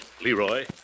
Leroy